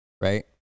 right